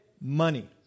money